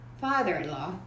father-in-law